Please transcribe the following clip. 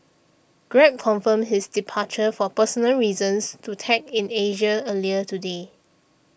grab confirmed his departure for personal reasons to Tech in Asia earlier today